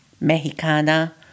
Mexicana